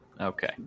Okay